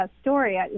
story